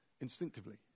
instinctively